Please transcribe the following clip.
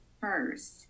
first